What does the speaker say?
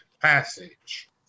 Passage